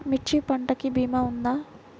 మిర్చి పంటకి భీమా ఉందా?